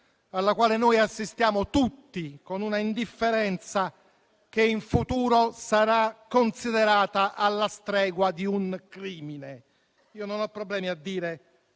alla quale noi tutti assistiamo con un'indifferenza che in futuro sarà considerata alla stregua di un crimine. Non ho problemi a dire